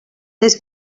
més